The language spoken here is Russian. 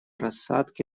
рассадки